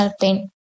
pain